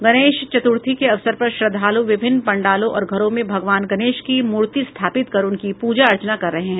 गणेश चतुर्थी के अवसर पर श्रद्वालू विभिन्न पंडालों और घरों में भगवान गणेश की मूर्ति स्थापित कर उनकी पूजा अर्चना कर रहे हैं